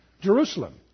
Jerusalem